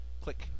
Click